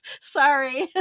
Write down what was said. Sorry